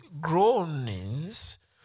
groanings